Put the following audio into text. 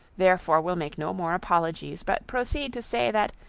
therefore will make no more apologies, but proceed to say that,